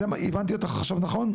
הבנתי אותך נכון?